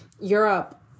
Europe